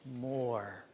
more